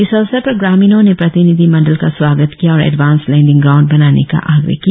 इस अवसर पर ग्रामीणों ने प्रतिनिधि मंडल का स्वागत किया और एडवांस लैंडिंग ग्राउंड बनाने का आग्रह किया